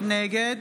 נגד